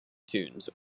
tunes